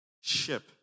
ship